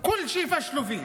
הכול יקר.